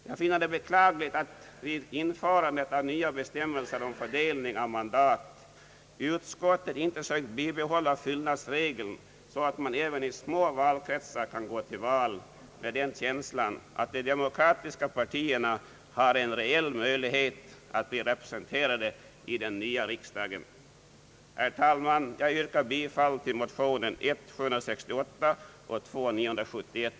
Jag finner det beklagligt att vid in förandet av nya bestämmelser om fördelningen av mandat utskottet inte sökt bibehålla fyllnadsregeln, så att man även i små valkretsar kan gå till val med den känslan att de demokratiska partierna har en reell möjlighet att bli representerade i den nya riksdagen. Herr talman! Jag yrkar bifall till molionerna I: 768 och II: 971.